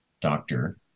doctor